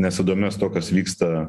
nesidomės tuo kas vyksta